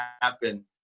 happen